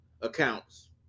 accounts